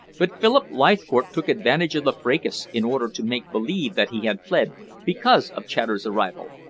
but philip leithcourt took advantage of the fracas in order to make believe that he had fled because of chater's arrival.